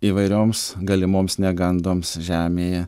įvairioms galimoms negandoms žemėje